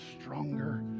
stronger